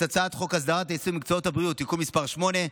הצעת חוק הסדרת העיסוק במקצועות הבריאות (תיקון מס' 8),